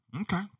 Okay